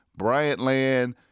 BRYANTLAND